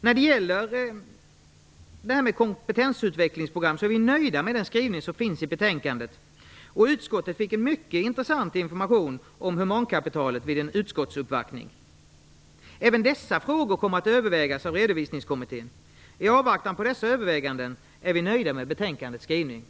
När det gäller kompetensutvecklingsprogram är vi nöjda med den skrivning som finns i betänkandet. Utskottet fick en mycket intressant information om humankapitalet vid en utskottsuppvaktning. Även dessa frågor kommer att övervägas av Redovisningskommittén. I avvaktan på dessa överväganden är vi nöjda med betänkandets skrivning.